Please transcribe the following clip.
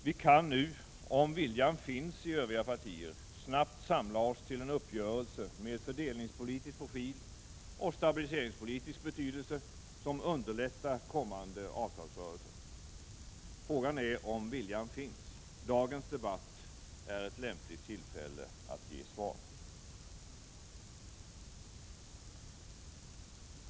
Vi kan nu, om viljan finns i övriga partier, snabbt samla oss till en uppgörelse med fördelningspolitisk profil och stabiliseringspolitisk betydelse, som underlättar kommande avtalsrörelser. Frågan är om viljan finns. Dagens debatt är ett lämpligt tillfälle att ge svar.